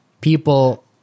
people